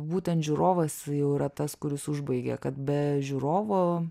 būtent žiūrovas jau yra tas kuris užbaigia kad be žiūrovo